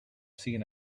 seen